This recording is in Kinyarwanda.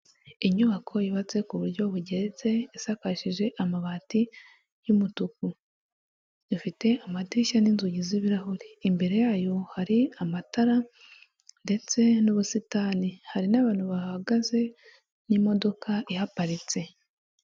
Inyubako yubatse ku buryo bugeretse isakarishije amabati y'umutuku, ifite amadirishya n'inzugi z'ibirahuri, imbere yayo hari amatara ndetse n'ubusitani hari n'abantu bahagaze n'imodoka ihaparitse.